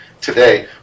today